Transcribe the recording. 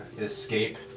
escape